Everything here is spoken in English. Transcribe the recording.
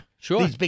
sure